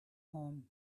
home